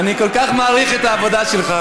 אני כל כך מעריך את העבודה שלך.